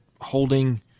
holding